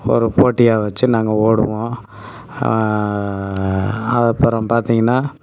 ஒரு போட்டியாக வைச்சு நாங்கள் ஓடுவோம் அப்புறோம் பார்த்தீங்கன்னா